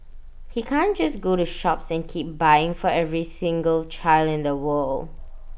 he can't just go to shops and keep buying for every single child in the world